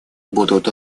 будут